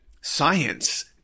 science